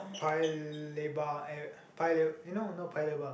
Paya-Lebar and Paya eh no not Paya-Lebar